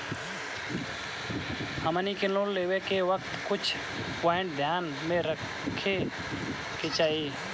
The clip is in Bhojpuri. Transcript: हमनी के लोन लेवे के वक्त कुछ प्वाइंट ध्यान में रखे के चाही